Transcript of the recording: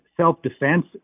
self-defense